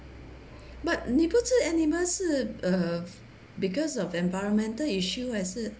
but 你不吃 animal 是 uh because of environmental issue 还是